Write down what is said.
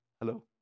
Hello